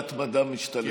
ההתמדה משתלמת.